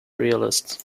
realist